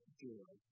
joy